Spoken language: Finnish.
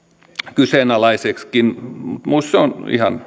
kyseenalaiseksikin minusta se on